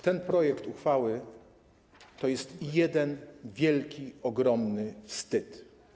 Ten projekt uchwały to jest jeden wielki, ogromny wstyd.